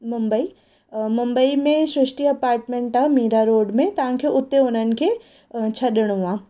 मुंबई मुंबई में सृष्टि अपार्टमेंट आहे मीरा रोड में तव्हां खे उते हुननि खे छॾिणो आहे